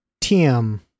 Tim